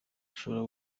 ushobora